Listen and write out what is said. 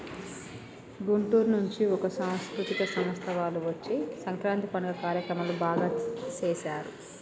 గుంటూరు నుంచి ఒక సాంస్కృతిక సంస్థ వాళ్ళు వచ్చి సంక్రాంతి పండుగ కార్యక్రమాలు బాగా సేశారు